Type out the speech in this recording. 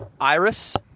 Iris